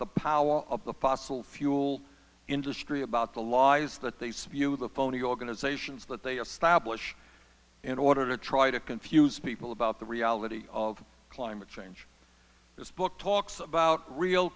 the power of the fossil fuel industry about the lies that they say the phony organizations that they establish in order to try to confuse people about the reality of climate change this book talks about real